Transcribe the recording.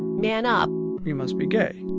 man up you must be gay.